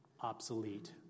obsolete